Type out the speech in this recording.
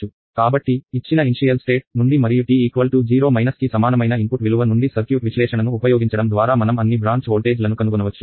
కాబట్టి ఇచ్చిన ప్రారంభ స్థితి నుండి మరియు t0 కి సమానమైన ఇన్పుట్ విలువ నుండి సర్క్యూట్ విశ్లేషణను ఉపయోగించడం ద్వారా మనం అన్ని బ్రాంచ్ వోల్టేజ్ లను కనుగొనవచ్చు